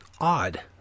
odd